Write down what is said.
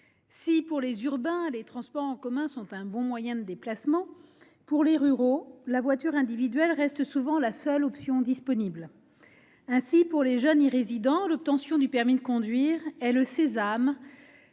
Si, pour les urbains, les transports en commun sont un bon moyen de déplacement, pour les ruraux, la voiture individuelle reste souvent la seule option disponible. Ainsi, pour les jeunes, l'obtention du permis de conduire est le sésame